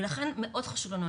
לכן מאוד חשוב לנו,